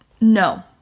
no